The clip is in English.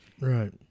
Right